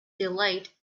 delayed